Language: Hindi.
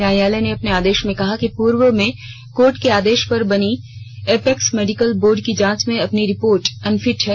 न्यायालय ने अपने आदेश में कहा है कि पूर्व में कोर्ट के आदेश पर बनी एपेक्स मेडकिल बोर्ड की जांच में आपकी रिपोर्ट अनफिट है